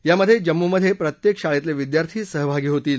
यामधे जम्मूमधे प्रत्येक शाळेतील विद्यार्थी सहभागी होतील